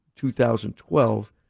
2012